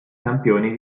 campioni